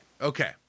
okay